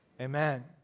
amen